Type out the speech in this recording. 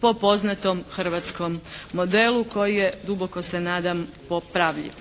po poznatom hrvatskom modelu koji je, duboko se nadam popravljiv.